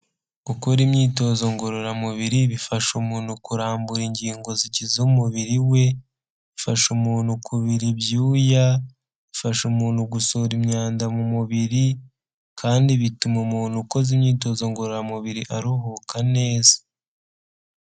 Gukora imyitozo ngororamubiri bifasha umuntu kurambura ingingo zikiza umubiri we, bifasha umuntu kubira ibyuya, bifasha umuntu gusohora imyanda mu mubiri kandi bituma umuntu ukoze imyitozo ngororamubiri aruhuka neza.